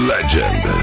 Legend